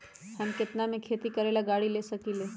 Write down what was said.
हम केतना में खेती करेला गाड़ी ले सकींले?